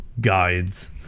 guides